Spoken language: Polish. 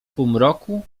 półmroku